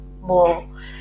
more